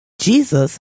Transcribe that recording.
Jesus